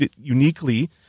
uniquely